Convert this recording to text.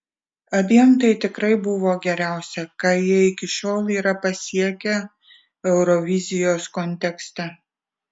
abiem tai tikrai buvo geriausia ką jie iki šiol yra pasiekę eurovizijos kontekste